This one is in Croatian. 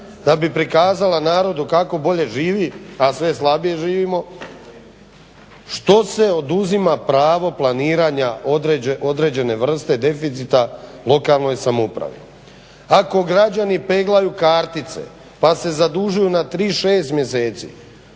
da bi prikazala narodu kako bolje živi a sve slabije živimo što se oduzima pravo planiranja određene vrste deficita lokalnoj samoupravi? Ako građani peglaju kartice pa se zadužuju na 36 mjeseci